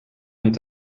amb